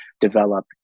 develop